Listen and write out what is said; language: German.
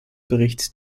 berichts